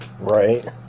Right